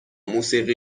موسیقی